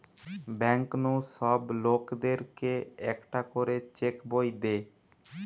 bank নু সব লোকদের কে একটা করে চেক বই দে